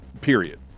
Period